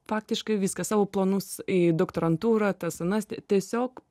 praktiškai viską savo planus į doktorantūrą tas anas tiesiog